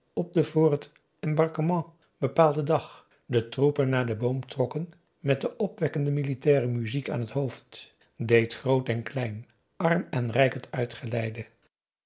op den voor t embarquement bepaalden dag de troepen naar den boom trokken met de opwekkende militaire muziek aan het hoofd deed groot en klein arm en rijk het uitgeleide